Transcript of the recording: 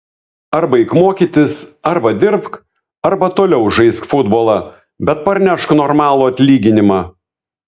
arba eik mokytis arba dirbk arba toliau žaisk futbolą bet parnešk normalų atlyginimą